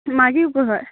মাইকী কুকু হয়